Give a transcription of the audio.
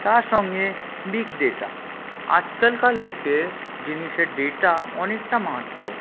তার সঙ্গে big data আজকালকার লোকে জিনিসের ডেটা অনেকটা মাহাত্ম্য